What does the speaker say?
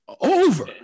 Over